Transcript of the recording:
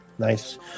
Nice